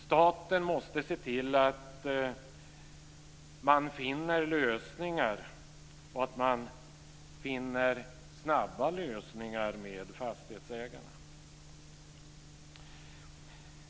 Staten måste se till att man finner lösningar, och att man finner snabba lösningar, med fastighetsägarna.